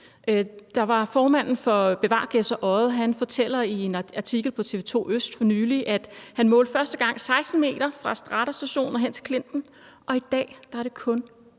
Formanden for Bevar Gedser Odde fortæller i en artikel på TV 2 ØST for nylig, at han første gang målte 16 m fra radarstationen og hen til klinten, og i dag er der kun